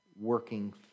working